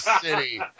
City